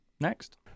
next